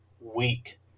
week